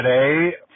today